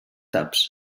taps